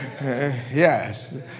Yes